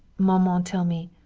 maman tell me,